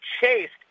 chased